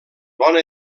bona